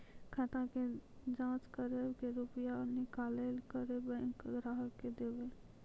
खाता के जाँच करेब के रुपिया निकैलक करऽ बैंक ग्राहक के देब?